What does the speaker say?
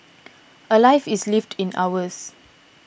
a life is lived in hours